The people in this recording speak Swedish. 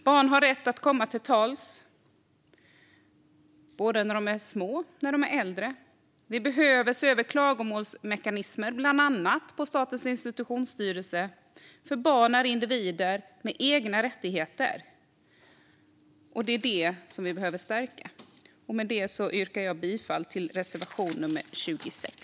Barn har rätt att komma till tals, både när de är små och när de är äldre. Vi behöver se över klagomålsmekanismer, bland annat på Statens institutionsstyrelse. Barn är individer med egna rättigheter, och dessa behöver vi stärka. Med det yrkar jag bifall till reservation 26.